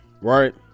right